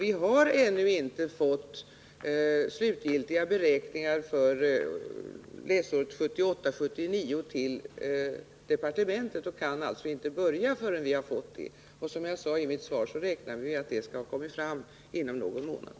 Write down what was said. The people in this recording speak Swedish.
Vi har ännu inte fått slutgiltiga beräkningar för läsåret 1978/79 till departementet och kan inte börja förrän vi har fått dem. Som jag sade i mitt svar räknar vi med att de skall ha kommit fram inom någon månad.